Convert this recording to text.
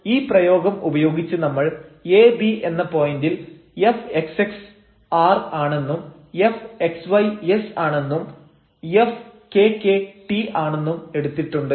അപ്പോൾ ഈ പ്രയോഗം ഉപയോഗിച്ച് നമ്മൾ ab എന്ന പോയന്റിൽ fxx r ആണെന്നും fxy s ആണെന്നും fkk t ആണെന്നും എടുത്തിട്ടുണ്ട്